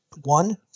One